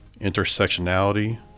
intersectionality